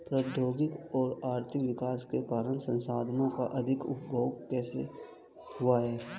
प्रौद्योगिक और आर्थिक विकास के कारण संसाधानों का अधिक उपभोग कैसे हुआ है?